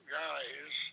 guys